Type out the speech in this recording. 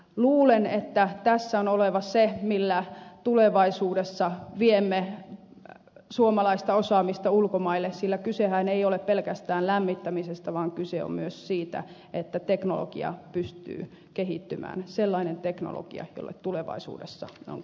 luulen että tässä on oleva se millä tulevaisuudessa viemme suomalaista osaamista ulkomaille sillä kysehän ei ole pelkästään lämmittämisestä vaan kyse myös siitä että teknologia pystyy kehittymään sellainen teknologia jolle tulevaisuudessa